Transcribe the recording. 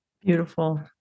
Beautiful